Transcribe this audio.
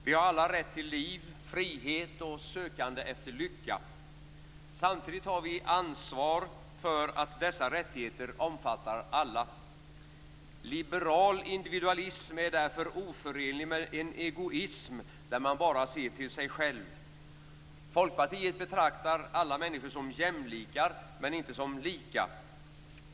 Vi har alla rätt till liv, frihet och sökande efter lycka. Samtidigt har vi ansvar för att dessa rättigheter omfattar alla. Liberal individualism är därför oförenlig med en egoism där man bara ser till sig själv. Folkpartiet betraktar alla människor som jämlikar - men inte som lika.